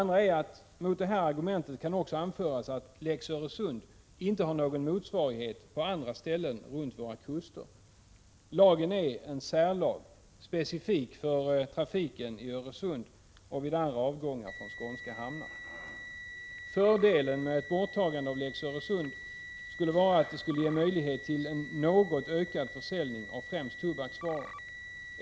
För det andra kan också anföras att lex Öresund inte har några motsvarigheter vad gäller trafiken på andra ställen längs våra kuster. Lagen gäller specifikt för trafiken i Öresund och avgångar i trafik som berör andra skånska hamnar. Fördelen med ett borttagande av lex Öresund skulle vara att det genom en sådan åtgärd skulle ges möjlighet till en något ökad försäljning av främst tobaksvaror.